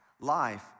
life